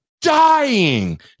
Dying